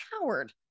coward